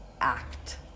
act